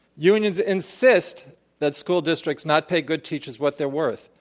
unions insist that school districts not pay good teachers what they're worth.